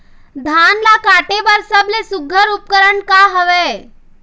धान ला काटे बर सबले सुघ्घर उपकरण का हवए?